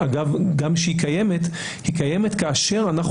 גם כשהיא קיימת היא קיימת כאשר אנחנו